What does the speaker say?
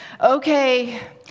okay